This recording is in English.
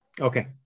Okay